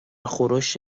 خورش